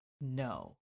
No